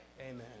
Amen